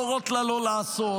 להורות לה לא לעשות,